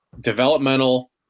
developmental